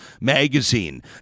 magazine